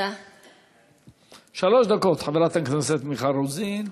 שלוש דקות, חברת הכנסת מיכל רוזין.